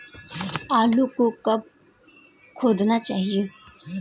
आलू को कब खोदना चाहिए?